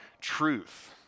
truth